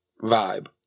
vibe